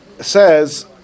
says